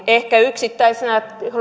ehkä yksittäisenä